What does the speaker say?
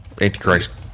Antichrist